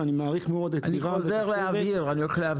ואני מעריך מאוד את לירן והצוות -- אני הולך להבהיר את